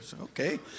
Okay